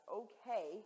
okay